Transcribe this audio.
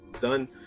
done